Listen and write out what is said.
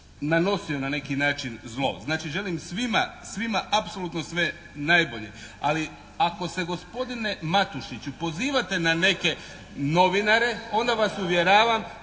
nanosio na neki način zlo. Znači želim svima apsolutno sve najbolje. Ali ako se gospodine Matušiću pozivate na neke novinare, onda vas uvjeravam